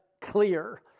clear